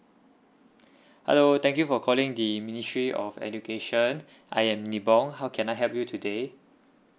hello thank you for calling the ministry of education I am nibong how can I help you today